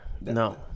No